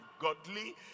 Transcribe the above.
godly